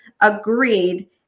agreed